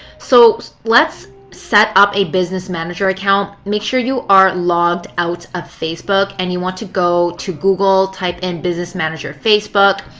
so let's set up a business manager account, make sure you are logged out of facebook and you want to go to google, type in business manager facebook.